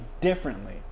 differently